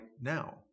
now